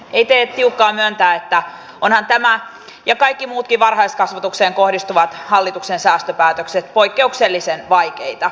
ei tee tiukkaa myöntää että ovathan tämä ja kaikki muutkin varhaiskasvatukseen kohdistuvat hallituksen säästöpäätökset poikkeuksellisen vaikeita